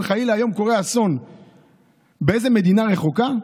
אם חלילה היום קורה אסון במדינה רחוקה,